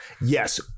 Yes